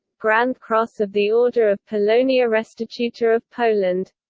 grand cross of the order of polonia restituta of poland